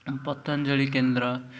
ପତଞ୍ଜଳି କେନ୍ଦ୍ର